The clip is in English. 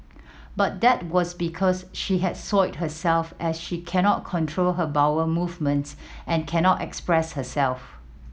but that was because she had soiled herself as she cannot control her bowel movements and can not express herself